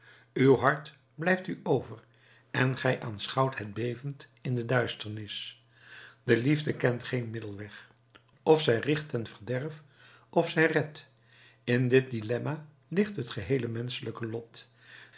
uw hart blijft u over en gij aanschouwt het bevend in de duisternis de liefde kent geen middelweg f zij richt ten verderf f zij redt in dit dilemma ligt het geheele menschelijke lot